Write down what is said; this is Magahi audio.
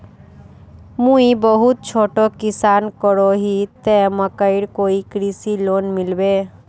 मुई बहुत छोटो किसान करोही ते मकईर कोई कृषि लोन मिलबे?